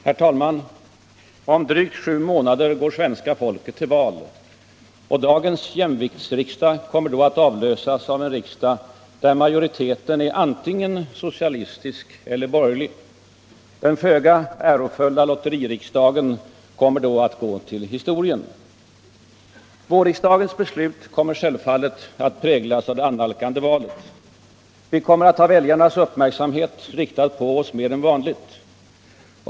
Herr talman! Om drygt sju månader går svenska folket till val. Dagens jämviktsriksdag kommer då att avlösas av en riksdag där majoriteten är antingen socialistisk eller borgerlig. Den föga ärofulla lotteririksdagen kommer då att gå till historien. Vårens riksdagsbeslut kommer självfallet att präglas av det annalkande valet. Vi kommer att ha väljarnas uppmärksamhet riktad på oss mer än vanligt.